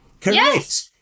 Correct